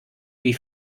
wie